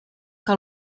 que